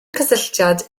cysylltiad